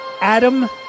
Adam